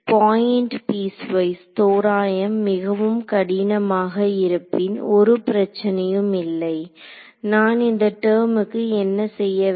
point piecewise தோராயம் மிகவும் கடினமாக இருப்பின் ஒரு பிரச்சினையும் அல்ல நான் இந்த டெர்முக்கு என்ன செய்ய வேண்டும்